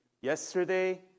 yesterday